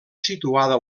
situada